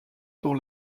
dont